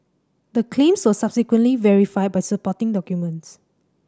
the claims were subsequently verified by supporting documents